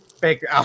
Baker